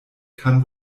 kann